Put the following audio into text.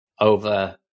over